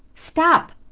stop!